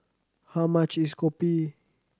how much is kopi